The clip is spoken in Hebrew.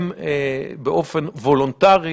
הם באופן וולונטרי